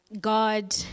God